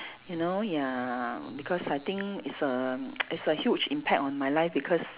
you know ya because I think it's a it's a huge impact on my life because